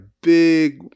big